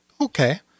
Okay